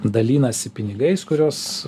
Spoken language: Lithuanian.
dalinasi pinigais kuriuos